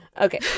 Okay